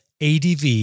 adv